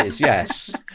yes